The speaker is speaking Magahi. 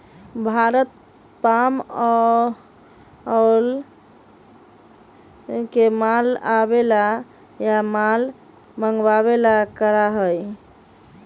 भारत पाम ऑयल के माल आवे ला या माल मंगावे ला करा हई